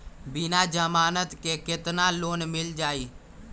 बिना जमानत के केतना लोन मिल जाइ?